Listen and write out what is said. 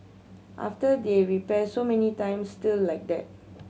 after they repair so many times still like that